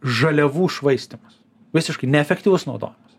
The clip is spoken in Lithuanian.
žaliavų švaistymas visiškai neefektyvus naudojimas